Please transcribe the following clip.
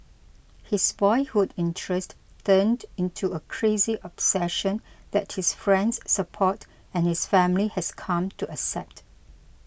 his boyhood interest turned into a crazy obsession that his friends support and his family has come to accept